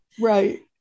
Right